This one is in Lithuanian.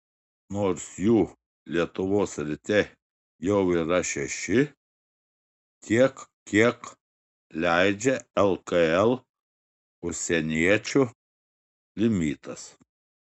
nors jų lietuvos ryte jau yra šeši tiek kiek leidžia lkl užsieniečių limitas